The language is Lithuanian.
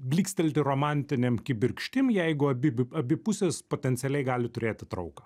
blykstelti romantinėm kibirkštim jeigu abi abi pusės potencialiai gali turėti trauką